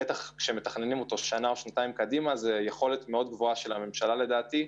זו יכולת מאוד גבוהה של הממשלה, לדעתי,